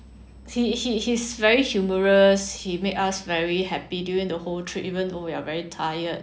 he he he's very humorous he made us very happy during the whole trip even though we are very tired